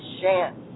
chance